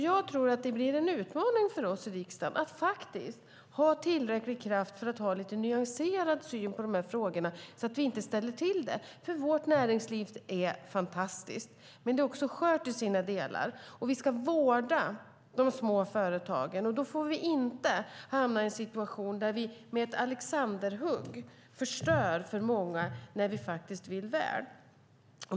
Jag tror att det blir en utmaning för oss i riksdagen att ha kraft att ha en nyanserad syn på de här frågorna, så att vi inte ställer till det. Vårt näringsliv är fantastiskt, men också skört i vissa delar. Vi ska vårda de små företagen. Då får vi inte hamna i en situation där vi med ett alexanderhugg förstör för många när vi faktiskt vill väl.